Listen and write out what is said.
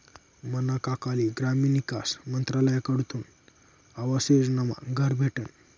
मना काकाले ग्रामीण ईकास मंत्रालयकडथून आवास योजनामा घर भेटनं